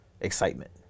excitement